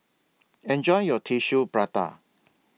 Enjoy your Tissue Prata